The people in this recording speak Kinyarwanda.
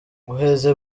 uheze